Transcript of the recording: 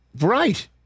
Right